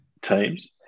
teams